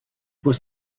was